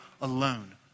alone